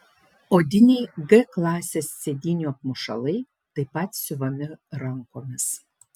odiniai g klasės sėdynių apmušalai taip pat siuvami rankomis